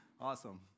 Awesome